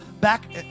back